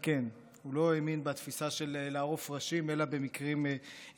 הוא לא האמין בתפיסה של לערוף ראשים אלא במקרים יוצאי דופן.